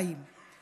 חיים.